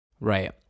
right